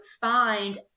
find